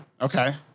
Okay